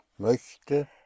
möchte